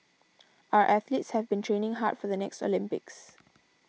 our athletes have been training hard for the next Olympics